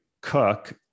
Cook